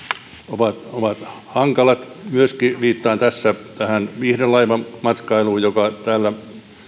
ovat ovat hankalat myöskin viittaan tässä tähän viihdelaivamatkailuun joka